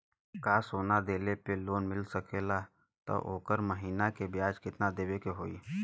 का सोना देले पे लोन मिल सकेला त ओकर महीना के ब्याज कितनादेवे के होई?